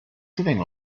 sitting